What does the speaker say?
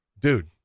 dude